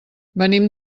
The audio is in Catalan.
venim